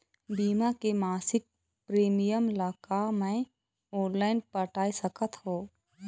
बीमा के मासिक प्रीमियम ला का मैं ऑनलाइन पटाए सकत हो?